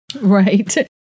Right